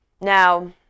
Now